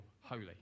holy